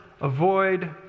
avoid